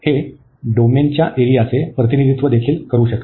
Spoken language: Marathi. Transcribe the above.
हे डोमेनच्या एरियाचे प्रतिनिधित्व देखील करू शकते